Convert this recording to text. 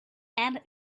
and